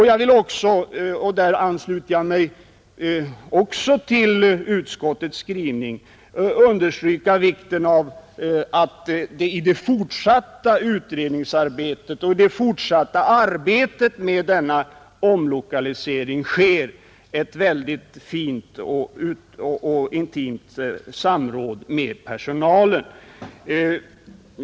Jag vill också framhålla betydelsen av att det i det fortsatta utredningsarbetet och det fortsatta arbetet med denna omlokalisering — även här ansluter jag mig till utskottets skrivning — sker ett intimt samråd med personalen.